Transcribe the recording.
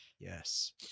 yes